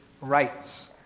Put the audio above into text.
rights